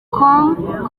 com